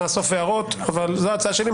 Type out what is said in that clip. נאסוף הערות אבל זו ההצעה שלי,